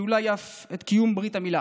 ואולי אף את קיום ברית המילה.